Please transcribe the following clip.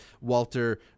Walter